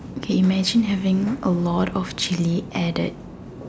K imagine having a lot of chilli added